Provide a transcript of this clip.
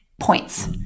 points